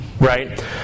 right